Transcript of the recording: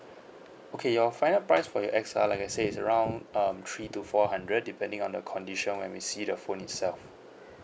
okay your final price for your X uh like I say is around um three to four hundred depending on the condition when we see the phone itself